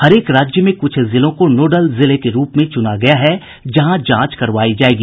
हरेक राज्य में कुछ जिलों को नोडल जिले के रूप में चुना गया है जहां जांच करवाई जायेगी